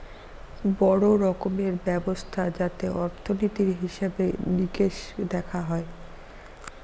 বড়ো রকমের ব্যবস্থা যাতে অর্থনীতির হিসেবে নিকেশ দেখা হয়